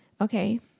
Okay